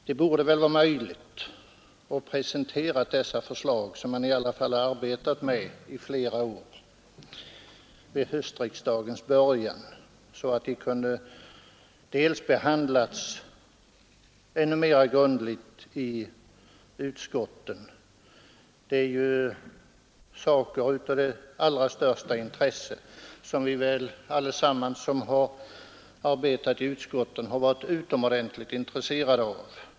Det borde väl varit möjligt att presentera dessa förslag, som man i alla fall har arbetat med i flera år, vid höstriksdagens början så att de kunnat behandlas ännu mera grundligt i utskotten. Det är ju saker av allra största intresse, som vi allesammans som arbetat i utskotten har varit synnerligen intresserade av.